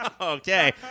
Okay